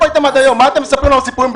מה אתה מספר לנו סיפורים,